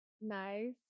Nice